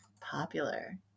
popular